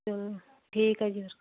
ਚਲੋ ਠੀਕ ਹੈ ਜੀ ਫਿਰ